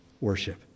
worship